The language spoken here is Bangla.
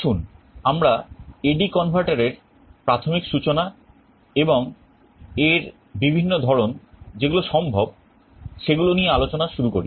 আসুন আমরা AD converter এর প্রাথমিক সূচনা এবং এর বিভিন্ন ধরন যেগুলো সম্ভব সেগুলো নিয়ে আলোচনা শুরু করি